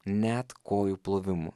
net kojų plovimu